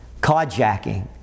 Carjacking